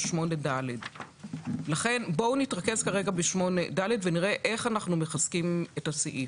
8ד. לכן בואו נתרכז כרגע ב-8ד ונראה איך אנחנו מחזקים את הסעיף.